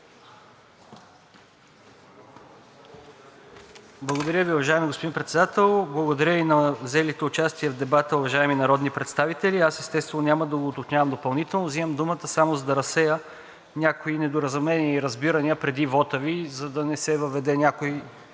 Благодаря Ви, уважаеми господин Председател. Благодаря и на взелите участие в дебата уважаеми народни представители. Естествено, няма да го уточнявам допълнително, взимам думата само за да разсея някои недоразумения и разбирания преди вота Ви, за да не се въведе някой